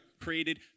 created